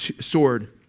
sword